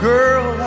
Girl